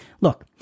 Look